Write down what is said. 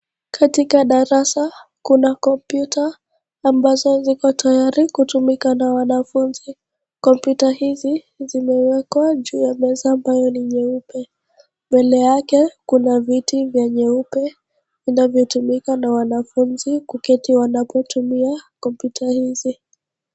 Katika darasa kuna komputa ambazo ziko tayari kutumika na wanafunzi. Kompyuta hizi zimewekwa juu ya meza ambayo ni nyeupe. Mbele yake kuna viti vya nyeupe, vinatumika na wanafunzi kuketi wanapotumia komputa hizi.